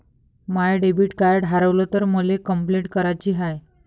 माय debit card हारवल तर मले कंपलेंट कराची हाय